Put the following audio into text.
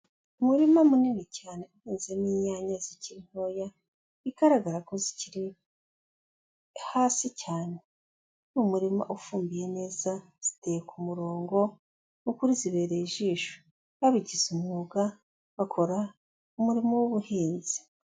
Umurima munini cyane uhinzemo inyanya zikiri ntoya bigaragara ko zikiri hasi cyane, ni umurima ufumbiye neza, ziteye ku murongo ni ukuri zibereye ijisho, babigize umwuga bakora umurimo w'ubuhinzi.